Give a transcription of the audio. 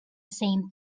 same